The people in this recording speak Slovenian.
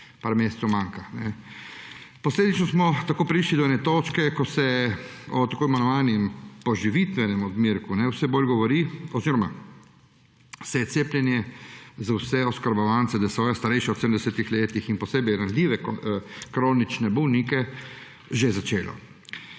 par mesecev manjka. Posledično smo tako prišli do točke, ko se o tako imenovanem poživitvenem odmerku vse bolj govori oziroma se je cepljenje za vse oskrbovance DSO, starejših od 70 let, in posebej ranljive kronične bolnike že začelo.